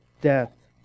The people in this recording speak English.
death